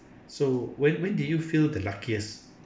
so when when did you feel the luckiest